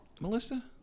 Melissa